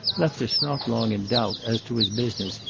left us not long in doubt as to his business,